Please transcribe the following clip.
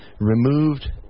removed